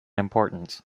importance